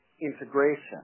integration